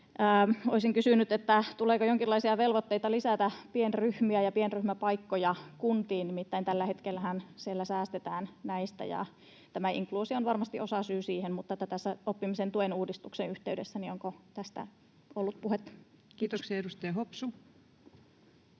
vielä kysynyt, tuleeko jonkinlaisia velvoitteita lisätä pienryhmiä ja pienryhmäpaikkoja kuntiin. Nimittäin tällä hetkellähän siellä säästetään näistä ja tämä inkluusio on varmasti osasyy siihen, mutta onko tästä ollut puhetta tässä oppimisen tuen uudistuksen yhteydessä? Kiitoksia. — Edustaja Hopsu.